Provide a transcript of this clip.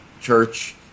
church